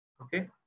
Okay